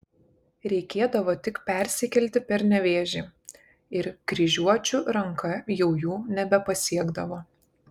reikėdavo tik persikelti per nevėžį ir kryžiuočio ranka jau jų nebepasiekdavo